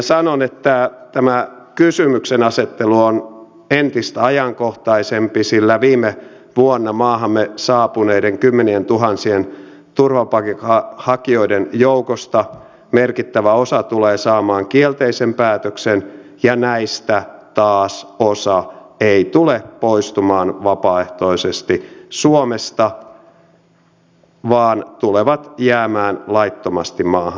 sanon että tämä kysymyksenasettelu on entistä ajankohtaisempi sillä viime vuonna maahamme saapuneiden kymmenientuhansien turvapaikanhakijoiden joukosta merkittävä osa tulee saamaan kielteisen päätöksen ja näistä taas osa ei tule poistumaan vapaaehtoisesti suomesta vaan tulee jäämään laittomasti maahan